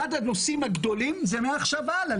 אחד הנושאים הגדולים הוא מעכשיו והלאה,